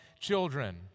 children